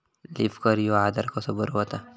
Leaf curl ह्यो आजार कसो बरो व्हता?